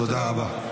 תודה רבה.